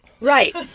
right